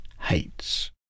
hates